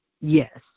Yes